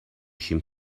شیم